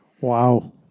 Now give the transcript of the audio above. Wow